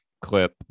clip